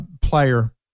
player